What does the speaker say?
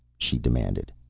she demanded.